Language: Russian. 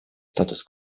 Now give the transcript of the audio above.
статус